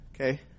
Okay